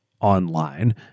online